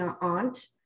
aunt